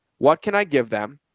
what can i give them?